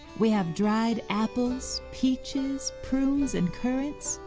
we have dried apples, peaches, prunes and currants,